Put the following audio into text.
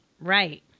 Right